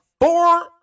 four